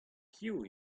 piv